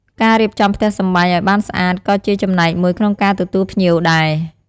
ការរៀបចំផ្ទះសម្បែងឱ្យបានស្អាតក៏ជាចំណែកមួយក្នុងការទទួលភ្ញៀវដែរ។